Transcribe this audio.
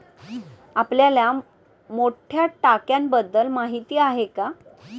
आपल्याला मोठ्या टाक्यांबद्दल माहिती आहे का?